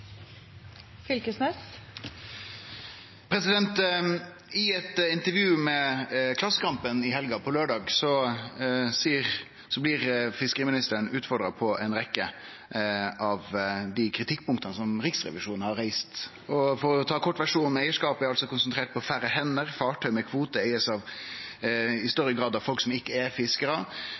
I eit intervju med Klassekampen på laurdag blei fiskeriministeren utfordra på ei rekkje av dei kritikkpunkta som Riksrevisjonen har reist, og for å ta kortversjonen: Eigarskapen er altså konsentrert på færre hender, fartøy med kvote blir i større grad eigde av folk som ikkje er fiskarar,